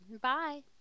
Bye